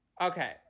Okay